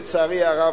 לצערי הרב,